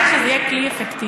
המטרה היא שזה יהיה כלי אפקטיבי.